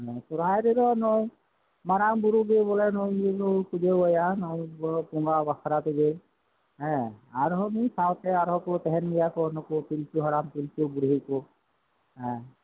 ᱥᱚᱦᱚᱨᱟᱭ ᱨᱮᱫᱚ ᱢᱟᱨᱟᱝ ᱵᱩᱨᱩ ᱜᱮ ᱵᱚᱞᱮ ᱱᱩᱭ ᱜᱮᱵᱚ ᱯᱩᱡᱟᱹ ᱟᱭᱟ ᱵᱚᱸᱜᱟ ᱵᱟᱠᱷᱟᱨᱟ ᱛᱮᱜᱮ ᱦᱮᱸ ᱟᱨᱦᱚᱸ ᱩᱱᱤ ᱥᱟᱶᱛᱮ ᱟᱨᱦᱚᱸ ᱠᱚ ᱛᱟᱦᱮᱱ ᱜᱮᱭᱟ ᱠᱚ ᱯᱤᱞᱪᱩ ᱦᱟᱲᱟᱢ ᱯᱤᱞᱪᱩ ᱵᱩᱲᱦᱤ ᱠᱚ ᱦᱮᱸ